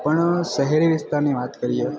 પણ શહેરી વિસ્તારની વાત કરીએ